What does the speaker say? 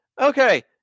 okay